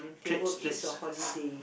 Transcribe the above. traits traits